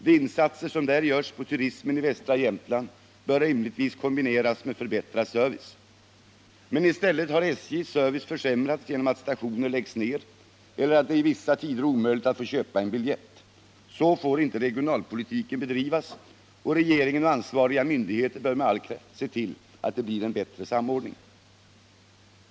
De insatser som där görs på turismen i västra Jämtland bör rimligtvis kombineras med förbättrad service. Men i stället har SJ:s service försämrats genom att stationer läggs ner eller genom att det vissa tider är omöjligt att få köpa en biljett. Så får inte regionalpolitiken bedrivas, och regeringen och ansvariga myndigheter bör med all kraft se till att det blir en bättre ordning.